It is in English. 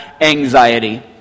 anxiety